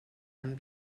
amb